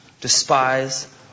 despise